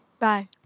Bye